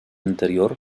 anterior